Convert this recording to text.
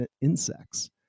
insects